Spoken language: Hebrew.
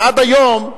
שעד היום,